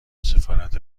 سفارت